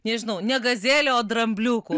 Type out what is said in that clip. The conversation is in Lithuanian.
nežinau ne gazele o drambliuku